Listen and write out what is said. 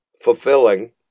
fulfilling